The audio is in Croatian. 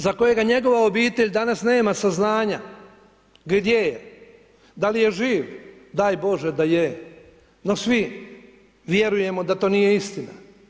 Za kojega njegova obitelj danas nema saznanja gdje je, da li je živ, daj Bože da je, no svi vjerujemo da to nije istina.